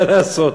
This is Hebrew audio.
מה לעשות?